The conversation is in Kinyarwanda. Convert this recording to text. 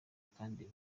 kandi